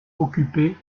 occupés